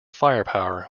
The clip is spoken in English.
firepower